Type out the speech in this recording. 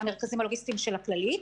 המרכזים הלוגיסטיים של הכללית.